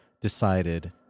decided